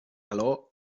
calor